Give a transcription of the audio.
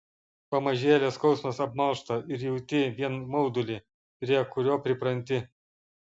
pamažėle skausmas apmalšta ir jauti vien maudulį prie kurio pripranti